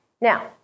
Now